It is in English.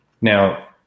Now